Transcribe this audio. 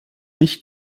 nicht